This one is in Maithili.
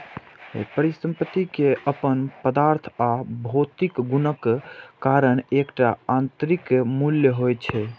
परिसंपत्ति के अपन पदार्थ आ भौतिक गुणक कारण एकटा आंतरिक मूल्य होइ छै